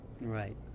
Right